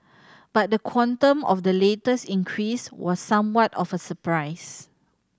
but the quantum of the latest increase was somewhat of a surprise